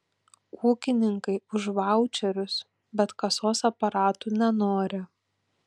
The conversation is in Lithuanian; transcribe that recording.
ūkininkai už vaučerius bet kasos aparatų nenori